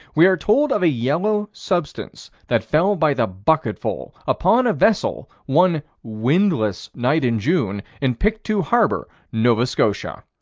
we are told of a yellow substance that fell by the bucketful upon a vessel, one windless night in june, in pictou harbor, nova scotia.